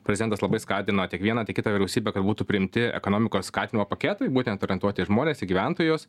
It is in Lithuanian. prezidentas labai skatino tiek vieną tiek kitą vyriausybę kad būtų priimti ekonomikos skatinimo paketai būtent orientuoti į žmones į gyventojus